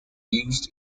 used